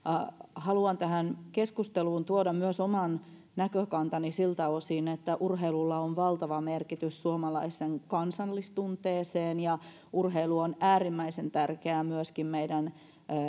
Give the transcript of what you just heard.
haluan vielä tähän keskusteluun tuoda myös oman näkökantani siltä osin että urheilulla on valtava merkitys suomalaisten kansallistunteeseen ja urheilu on äärimmäisen tärkeää myöskin meidän